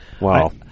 Wow